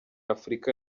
afurika